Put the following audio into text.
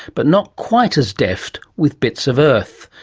but not quite as deft with bits of earth.